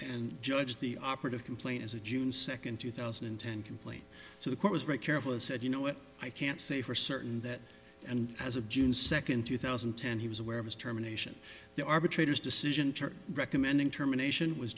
and judge the operative complaint is a june second two thousand and ten complaint so the court was very careful and said you know what i can't say for certain that and as of june second two thousand and ten he was aware of his terminations the arbitrator's decision church recommending terminations was